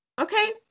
okay